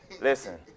Listen